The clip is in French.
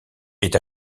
est